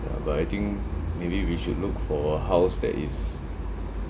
but I think maybe we should look for a house that is